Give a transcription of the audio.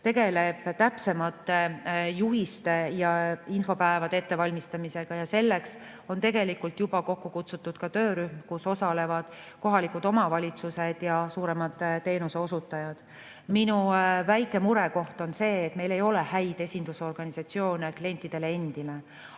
menetluses, täpsemate juhiste ja infopäevade ettevalmistamisega. Selleks on tegelikult juba kokku kutsutud töörühm, kus osalevad kohalikud omavalitsused ja suuremad teenuse osutajad. Minu väike murekoht on see, et meil ei ole häid esindusorganisatsioone klientidele endale,